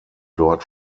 dort